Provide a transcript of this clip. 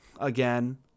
again